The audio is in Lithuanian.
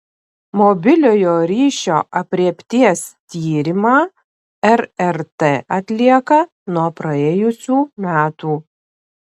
mobiliojo ryšio aprėpties tyrimą rrt atlieka nuo praėjusių metų